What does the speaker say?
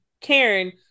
Karen